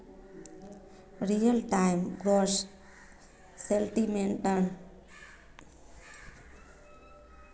real time gross सेटलमेंटेर माध्यम स पैसातर ट्रांसैक्शन जल्दी ह छेक